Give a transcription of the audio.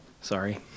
Sorry